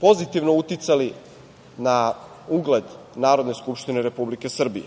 pozitivno uticali na ugled Narodne skupštine Republike Srbije